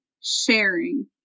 sharing